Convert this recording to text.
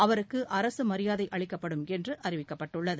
அவருக்கு அரசு மரியாதை அளிக்கப்படும் என்று அழிவிக்கப்பட்டுள்ளது